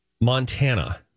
Montana